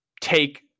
take